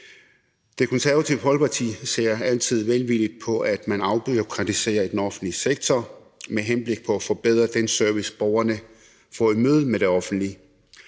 Det Konservative Folkeparti ser altid velvilligt på, at man afbureaukratiserer i den offentlige sektor med henblik på at forbedre den service, borgerne får i mødet med det offentlige.